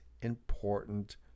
important